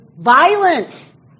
violence